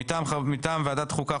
מטעם ועדת חוקה,